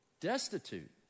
destitute